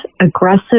aggressive